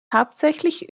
hauptsächlich